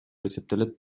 эсептелет